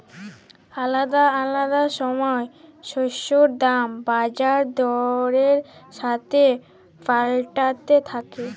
আলাদা আলাদা সময় শস্যের দাম বাজার দরের সাথে পাল্টাতে থাক্যে